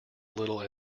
little